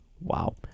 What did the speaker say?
Wow